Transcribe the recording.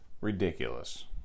ridiculous